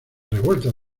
revueltas